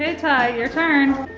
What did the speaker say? and ty, your turn.